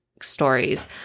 stories